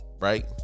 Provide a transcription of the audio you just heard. Right